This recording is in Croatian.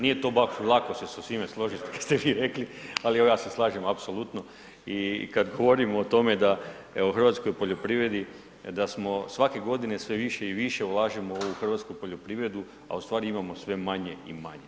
Nije to baš lako se sa svima složiti što ste vi rekli, ali evo ja se slažem apsolutno i kad govorimo o tome da je u hrvatskoj poljoprivredi, da smo svake godine sve više i više ulažemo u hrvatsku poljoprivredu, a u stvari imamo sve manje i manje.